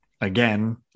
again